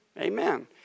Amen